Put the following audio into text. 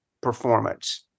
performance